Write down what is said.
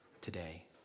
today